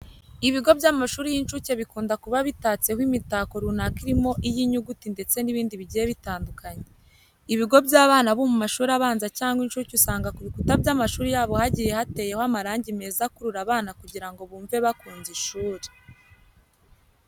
Ibigo by'amashuri y'inshuke bikunda kuba bitatseho imitako runaka irimo iy'inyuguti ndetse n'ibindi bigiye bitandukanye. Ibigo by'abana bo mu mashuri abanza cyangwa inshuke usanga ku bikuta by'amashuri yabo hagiye hateyeho amarangi meza akurura abana kugira ngo bumve bakunze ishuri.